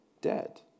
dead